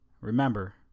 Remember